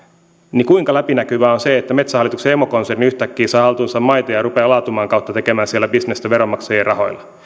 niin kuinka läpinäkyvää on se että metsähallituksen emokonserni yhtäkkiä saa haltuunsa maita ja rupeaa laatumaan kautta tekemään siellä bisnestä veronmaksajien rahoilla